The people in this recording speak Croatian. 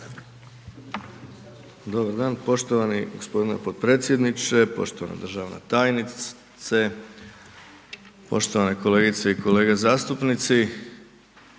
Dobar dan, poštovani gospodine potpredsjedniče, poštovana državna tajnice, poštovane kolegice i kolege zastupnici,